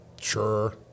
Sure